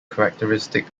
characteristic